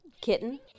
kitten